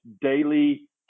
daily